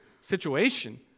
situation